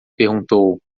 perguntou